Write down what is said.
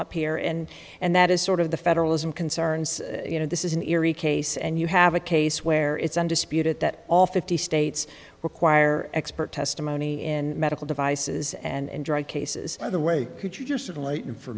up here and and that is sort of the federalism concerns you know this is an eerie case and you have a case where it's undisputed that all fifty states require expert testimony in medical devices and drug cases are the way you're certainly in for